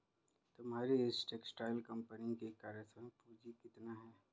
तुम्हारी इस textile company की कार्यशील पूंजी कितनी है?